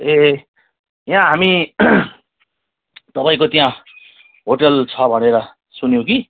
ए यहाँ हामी तपाईँको त्यहाँ होटेल छ भनेर सुन्यौँ कि